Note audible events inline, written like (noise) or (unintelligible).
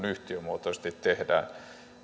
(unintelligible) yhtiömuotoisesti tehdään